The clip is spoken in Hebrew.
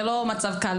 זה לא מצב קל,